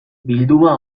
bilduma